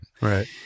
Right